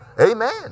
Amen